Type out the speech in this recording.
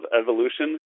evolution